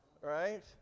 right